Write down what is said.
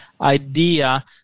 idea